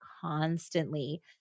constantly